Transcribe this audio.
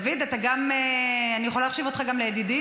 דוד, גם אני יכולה להחשיב אותך לידידי?